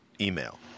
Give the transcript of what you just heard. email